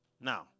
now